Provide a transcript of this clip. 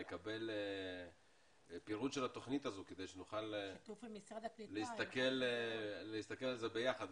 לקבל פירוט של התוכנית הזו כדי שנוכל להסתכל על זה ביחד?